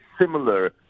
similar